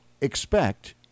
expect